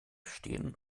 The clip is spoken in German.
stehen